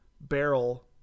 barrel